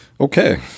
Okay